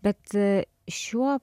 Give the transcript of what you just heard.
bet šiuo